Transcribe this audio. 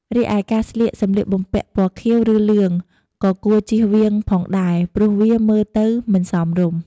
រីឯការពាក់សម្លៀកបំពាក់ពណ៌ខៀវ ឬលឿង ក៏គួរជៀសវាងផងដែរព្រោះវាមើលទៅមិនសមរម្យ។